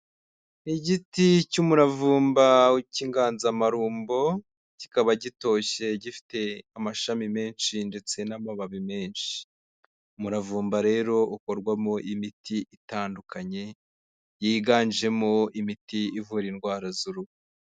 Igiti cy'umuravumba cy'inganzamarumbo, kikaba gitoshye gifite amashami menshi ndetse n'amababi menshi, umuravumba rero ukorwamo imiti itandukanye, yiganjemo imiti ivura indwara z'uruhu.